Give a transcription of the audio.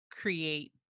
create